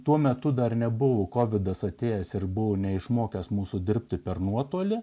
tuo metu dar nebuvo ko vidas atėjęs ir buvo neišmokęs mūsų dirbti per nuotolį